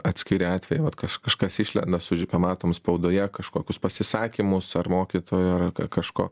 atskiri atvejai vat kažkas išlenda suži pamatom spaudoje kažkokius pasisakymus ar mokytojo ar kažko